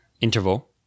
interval